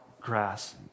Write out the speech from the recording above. grass